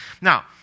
Now